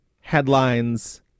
headlines